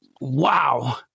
wow